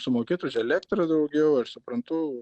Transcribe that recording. sumokėt už elektrą daugiau aš suprantu